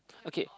okay